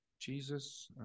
Jesus